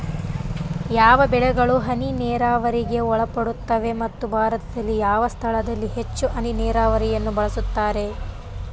ಯಾವ ಬೆಳೆಗಳು ಹನಿ ನೇರಾವರಿಗೆ ಒಳಪಡುತ್ತವೆ ಮತ್ತು ಭಾರತದಲ್ಲಿ ಯಾವ ಸ್ಥಳದಲ್ಲಿ ಹೆಚ್ಚು ಹನಿ ನೇರಾವರಿಯನ್ನು ಬಳಸುತ್ತಾರೆ?